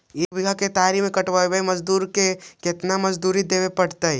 एक बिघा केतारी कटबाबे में मजुर के केतना मजुरि देबे पड़तै?